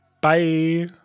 bye